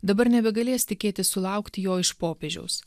dabar nebegalės tikėtis sulaukti jo iš popiežiaus